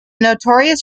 notorious